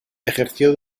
ejerció